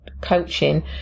coaching